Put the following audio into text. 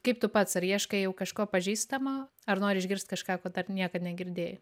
kaip tu pats ar ieškai jau kažko pažįstamo ar nori išgirst kažką ko dar niekad negirdėjai